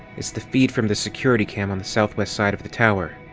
it's the feed from the security cam on the southwest side of the tower.